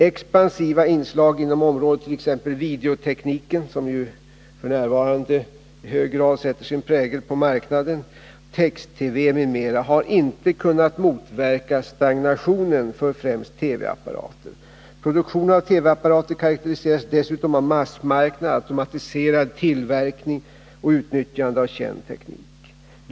Expansiva inslag inom området — t.ex. videotekniken, som ju f.n. i hög grad sätter sin prägel på marknaden, text-TV m.m. — har inte kunnat motverka stagnationen för främst TV-apparater. Produktionen av TV-apparater karakteriseras dessutom av massmarknad, automatiserad tillverkning och utnyttjande av känd teknik.